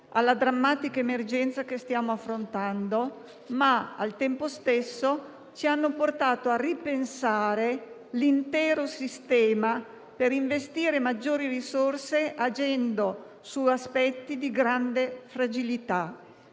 alla drammatica emergenza che stiamo affrontando, ma al tempo stesso ci hanno portato a ripensare l'intero sistema, per investire maggiori risorse agendo su aspetti di grande fragilità.